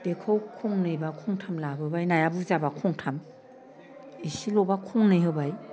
बेखौ खंनै बा खंथाम लाबोबाय नाया बुरजाब्ला खंथाम इसेल'ब्ला खंनै होबाय